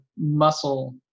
muscle